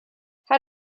how